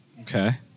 Okay